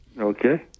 Okay